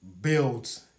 builds